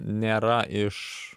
nėra iš